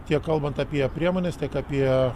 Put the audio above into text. tiek kalbant apie priemones tiek apie